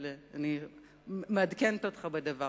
אבל אני מעדכנת אותך בדבר.